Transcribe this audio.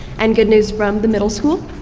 and good news from the middle school.